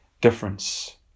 difference